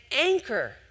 anchor